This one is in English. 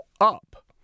up